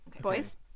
Boys